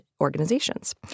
organizations